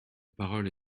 parole